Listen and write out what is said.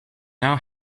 now